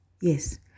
Yes